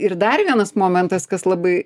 ir dar vienas momentas kas labai